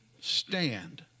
stand